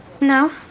No